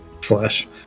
slash